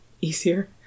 easier